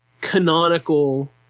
canonical